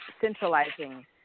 centralizing